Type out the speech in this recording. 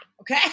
Okay